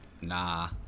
nah